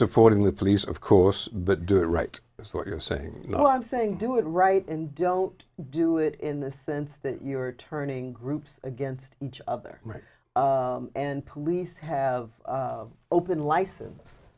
supporting the police of course but do it right is what you're saying no i'm saying do it right and don't do it in the sense that you are turning groups against each other and police have open license